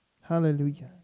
Hallelujah